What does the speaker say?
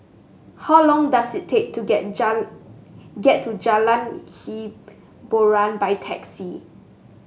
how long does it take to get get to Jalan Hiboran by taxi